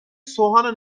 سوهان